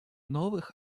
новых